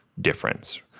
difference